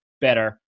better